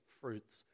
fruits